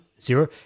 zero